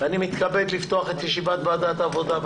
אני מתכבד לפתוח את ישיבת ועדת העבודה,